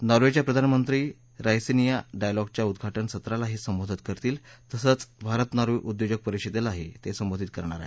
नॉर्वेच्या प्रधानमंत्री राईसिनिया डायलॉगच्या उद्घाटनसत्राला संबोधित करतील तसंच भारत नॉर्वे उद्योजक परिषदेलाही संबोधित करतील